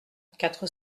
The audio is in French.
quatre